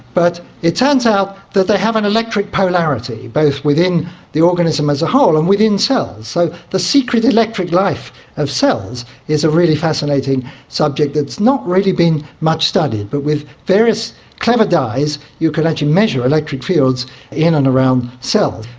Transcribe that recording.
but it turns out that they have an electric polarity, both within the organism as a whole and within cells. so the secret electric life of cells is a really fascinating subject that has not really been much studied. but with various clever dyes you can actually measure electric fields in and around cells.